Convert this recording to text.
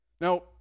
Now